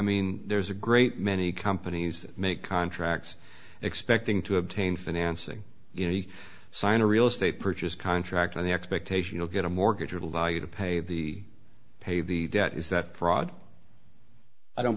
mean there's a great many companies that make contracts expecting to obtain financing you know you sign a real estate purchase contract on the expectation of get a mortgage or allow you to pay the pay the debt is that fraud i don't